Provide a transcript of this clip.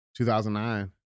2009